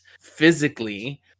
physically